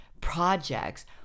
projects